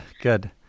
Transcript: good